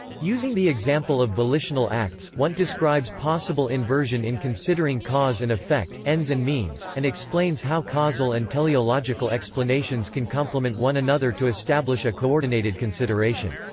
using the example of volitional acts, wundt describes possible inversion in considering cause and effect, ends and means, and explains how causal and teleological explanations can complement one another to establish a co-ordinated consideration.